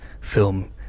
film